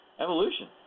evolution